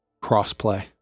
cross-play